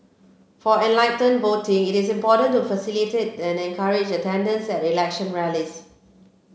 for enlightened voting it is important to facilitate and encourage attendance at election rallies